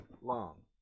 long